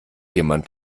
jemand